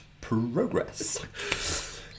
progress